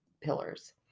pillars